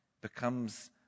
becomes